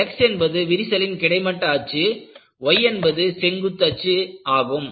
X என்பது விரிசலின் கிடைமட்ட அச்சு y என்பது செங்குத்து அச்சு ஆகும்